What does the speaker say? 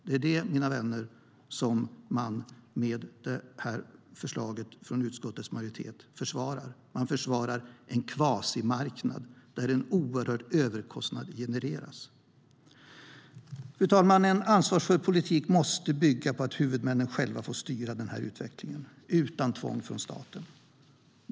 Det är det som utskottets majoritet försvarar, mina vänner. De försvarar en kvasimarknad där en oerhörd överkostnad genereras. Fru talman! En ansvarsfull politik måste bygga på att huvudmännen själva får styra denna utveckling, utan tvång från staten.